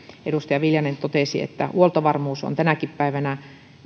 edustaja viljanen totesi että huoltovarmuus on tänäkin päivänä